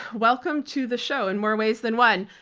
welcome to the show, in more ways than one.